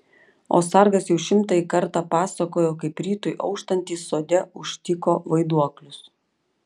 o sargas jau šimtąjį kartą pasakojo kaip rytui auštant jis sode užtiko vaiduoklius